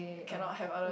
cannot have other